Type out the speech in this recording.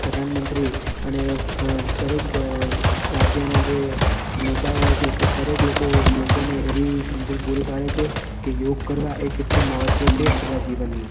પ્રધાન મંત્રી અને ઘણા દરેક રાજ્યના જે નેતાઓ હોય છે તે દરેક લોકો લોકોને એવી સમજણ પૂરી પાડે છે કે યોગ કરવા એ કેટલું મહત્ત્વ છે આપણાં જીવનમાં